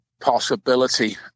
possibility